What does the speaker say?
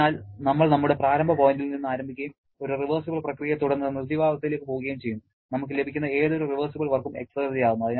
അതിനാൽ നമ്മൾ നമ്മുടെ പ്രാരംഭ പോയിന്റിൽ നിന്ന് ആരംഭിക്കുകയും ഒരു റിവേഴ്സിബിൾ പ്രക്രിയയെത്തുടർന്ന് നിർജ്ജീവാവസ്ഥയിലേക്ക് പോകുകയും ചെയ്യുന്നു നമുക്ക് ലഭിക്കുന്ന ഏതൊരു റിവേർസിബിൾ വർക്കും എക്സർജി ആകുന്നു